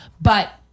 But-